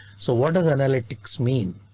so what does analytics mean?